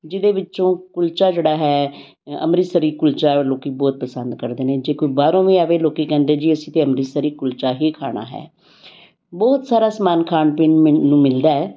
ਜਿਹਦੇ ਵਿੱਚੋਂ ਕੁਲਚਾ ਜਿਹੜਾ ਹੈ ਅੰਮ੍ਰਿਤਸਰੀ ਕੁਲਚਾ ਉਹ ਲੋਕ ਬਹੁਤ ਪਸੰਦ ਕਰਦੇ ਨੇ ਜੇ ਕੋਈ ਬਾਹਰੋਂ ਵੀ ਆਵੇ ਲੋਕ ਕਹਿੰਦੇ ਜੀ ਅਸੀਂ ਤਾਂ ਅੰਮ੍ਰਿਤਸਰੀ ਕੁਲਚਾ ਹੀ ਖਾਣਾ ਹੈ ਬਹੁਤ ਸਾਰਾ ਸਮਾਨ ਖਾਣ ਪੀਣ ਨੂੰ ਮੈਨੂੰ ਮਿਲਦਾ ਹੈ